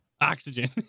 Oxygen